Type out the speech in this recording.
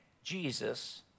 Jesus